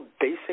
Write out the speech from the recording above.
basic